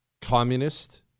communist